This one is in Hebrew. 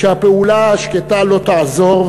שהפעולה השקטה לא תעזור,